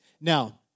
Now